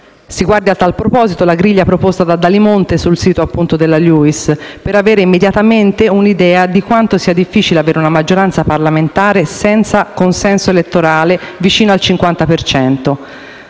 Si guardi a tal proposito la griglia proposta da D'Alimonte sul sito «cise.luiss.it» per avere immediatamente un'idea di quanto sia difficile avere una maggioranza parlamentare senza un consenso elettorale vicino al 50